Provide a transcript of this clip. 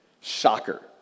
Shocker